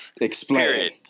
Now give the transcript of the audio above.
Explain